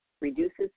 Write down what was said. Reduces